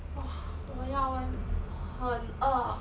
哇我要 eh 很饿